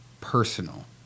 personal